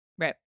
Right